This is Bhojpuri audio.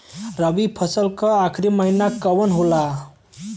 रवि फसल क आखरी महीना कवन होला?